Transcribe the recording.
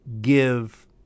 give